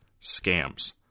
scams